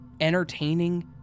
entertaining